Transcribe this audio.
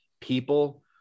people